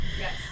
Yes